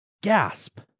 Gasp